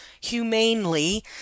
humanely